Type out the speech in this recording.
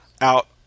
out